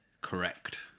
Correct